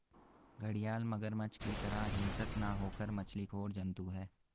घड़ियाल मगरमच्छ की तरह हिंसक न होकर मछली खोर जंतु है